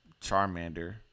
Charmander